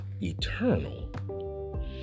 eternal